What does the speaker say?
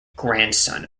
grandson